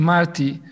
Marty